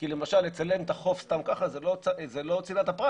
כי למשל לצלם את החוף סתם ככה זה לא צנעת הפרט